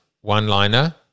one-liner